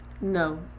no